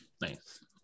Nice